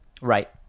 Right